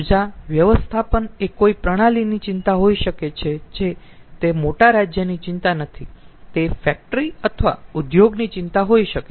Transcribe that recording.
ઊર્જા વ્યવસ્થાપનએ કોઈ પ્રણાલીની ચિંતા હોઈ શકે છે જે તે મોટા રાજ્યની ચિંતા નથી તે ફેક્ટરી અથવા ઉદ્યોગોની ચિંતા હોઈ શકે